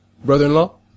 Brother-in-law